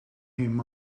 him